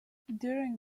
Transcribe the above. during